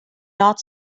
not